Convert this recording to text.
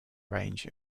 range